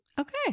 Okay